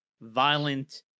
violent